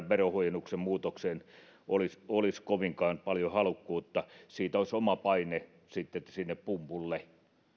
verohuojennuksen muutokseen olisi olisi kovinkaan paljon halukkuutta siitä olisi oma paine sitten sinne pumpulle